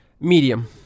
medium